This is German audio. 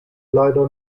leider